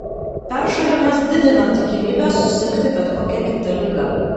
peršalimas didina tikimybę susirgti bet kokia kita liga